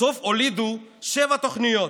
בסוף הולידו שבע תוכניות,